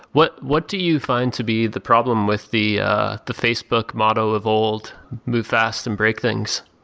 what what do you find to be the problem with the the facebook model of old move fast and break things?